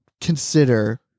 consider